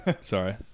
Sorry